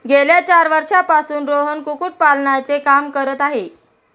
गेल्या चार वर्षांपासून रोहन कुक्कुटपालनाचे काम करत आहे